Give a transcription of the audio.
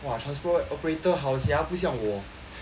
!wah! transport operator 好 sia 不像我